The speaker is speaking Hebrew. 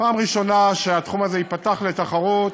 פעם ראשונה שהתחום הזה ייפתח לתחרות,